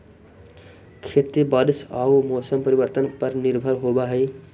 खेती बारिश आऊ मौसम परिवर्तन पर निर्भर होव हई